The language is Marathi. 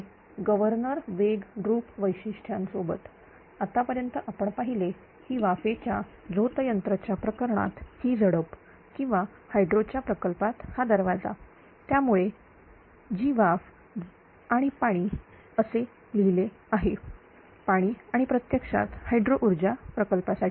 पुढे गव्हर्नर वेग ड्रॉप वैशिष्ट्यं सोबत आतापर्यंत आपण पाहिले ही वाफेच्या झोतयंत्र च्या प्रकरणात ही झडप किंवा हायड्रो च्या प्रकल्पात हा दरवाजा त्यामुळे मी वाफ आणि पाणी असे लिहिले आहे पाणी आणि प्रत्यक्षात हायड्रो ऊर्जा प्रकल्पासाठी